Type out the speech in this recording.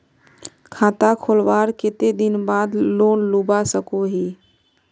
खाता खोलवार कते दिन बाद लोन लुबा सकोहो ही?